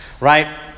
right